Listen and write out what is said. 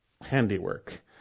handiwork